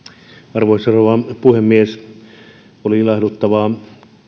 arvoisa rouva puhemies oli ilahduttavaa